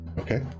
Okay